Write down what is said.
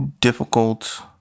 difficult